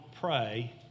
pray